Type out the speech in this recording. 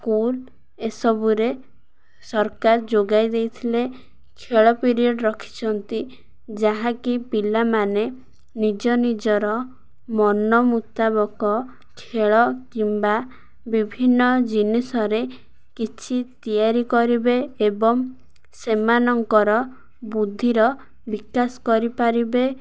school ଏସବୁରେ ସରକାର ଯୋଗାଇ ଦେଇଥିଲେ ଖେଳ ପିରିୟଡ଼୍ ରଖିଛନ୍ତି ଯାହାକି ପିଲାମାନେ ନିଜ ନିଜର ମନ ମୁତାବକ ଖେଳ କିମ୍ବା ବିଭିନ୍ନ ଜିନିଷରେ କିଛି ତିଆରି କରିବେ ଏବଂ ସେମାନଙ୍କର ବୁଦ୍ଧିର ବିକାଶ କରିପାରିବେ